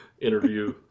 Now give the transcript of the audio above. interview